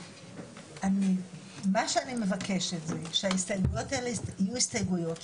מה שאני מבקשת זה שההסתייגויות האלה יהיו הסתייגויות,